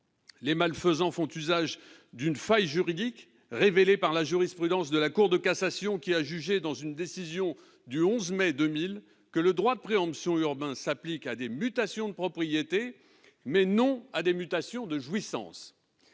Les malfaisants font usage d'une faille juridique, révélé par la jurisprudence de la Cour de cassation qui a jugé, dans une décision du 11 mai 2000 que le droit de préemption urbain s'applique à des mutations de propriété mais non à des mutations de jouissance,